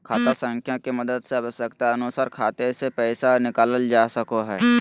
खाता संख्या के मदद से आवश्यकता अनुसार खाते से पैसा निकालल जा सको हय